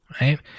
Right